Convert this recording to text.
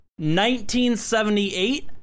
1978